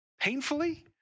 painfully